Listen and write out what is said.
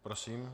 Prosím.